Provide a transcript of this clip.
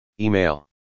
Email